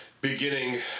beginning